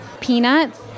peanuts